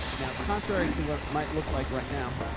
now contrary to what might look like right now.